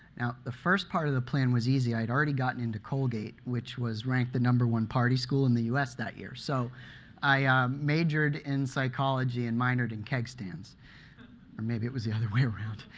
now the first part of the plan was easy. i had already gotten into colgate, which was ranked the number one party school in the us that year. so i majored in psychology and minored in keg stands or maybe it was the other way around.